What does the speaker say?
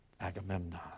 Agamemnon